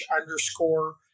underscore